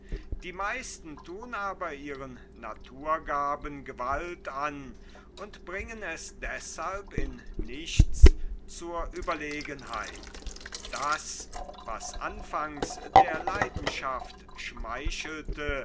die meisten thun aber ihren naturgaben gewalt an und bringen es deshalb in nichts zur überlegenheit das was anfangs der leidenschaft schmeichelte